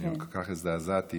וכל כך הזדעזעתי,